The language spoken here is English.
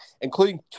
including